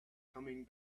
coming